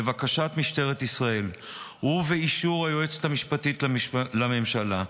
לבקשת משטרת ישראל ובאישור היועצת המשפטית לממשלה,